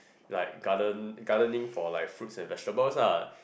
like garden gardening for like fruits and vegetables lah